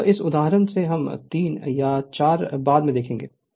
अब इस तरह के उदाहरण हम 3 या 4 बाद में देखेंगे